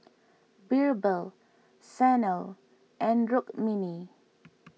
Birbal Sanal and Rukmini